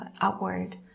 outward